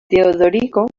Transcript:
teodorico